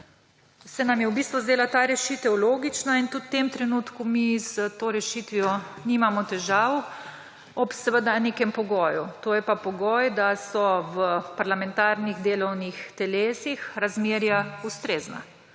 se nam je v bistvu zdela ta rešitev logična in tudi v tem trenutku mi s to rešitvijo nimamo težav, ob seveda nekem pogoju. To je pa pogoj, da so v parlamentarnih delovnih telesih razmerja ustrezna.